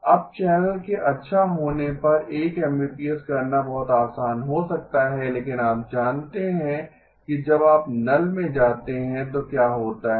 अब चैनल के अच्छा होने पर 1 Mbps करना बहुत आसान हो सकता है लेकिन आप जानते हैं कि जब आप नल में जाते हैं तो क्या होता है